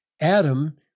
Adam